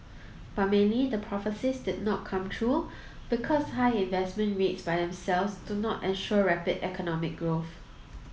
but mainly the prophecies did not come true because high investment rates by themselves do not ensure rapid economic growth